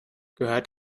gehört